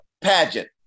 pageant